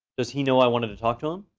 does he know i wanted to talk to him?